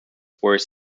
were